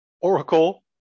Oracle